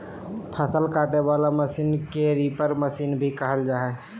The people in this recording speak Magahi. फसल काटे वला मशीन के रीपर मशीन भी कहल जा हइ